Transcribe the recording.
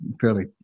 fairly